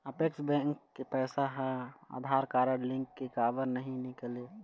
Apex bank के पैसा हा आधार कारड लिंक ले काबर नहीं निकले?